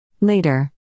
Later